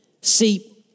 See